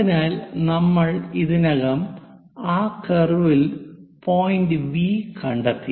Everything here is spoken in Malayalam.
അതിനാൽ നമ്മൾ ഇതിനകം ആ കർവിൽ പോയിന്റ് V കണ്ടെത്തി